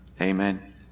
Amen